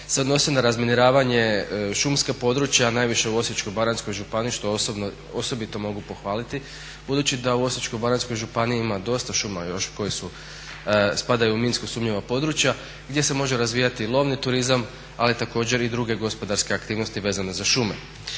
se odnosio na razminiravanje šumskog područja najviše u Osječko-baranjskoj županiji što osobito mogu pohvaliti, budući da u Osječko-baranjskoj županiji ima još dosta šuma koje spadaju u minsko sumnjiva područje gdje se može razvijati lovni turizam, ali također i druge gospodarske aktivnosti vezane za šume.